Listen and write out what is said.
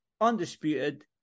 undisputed